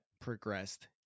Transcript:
progressed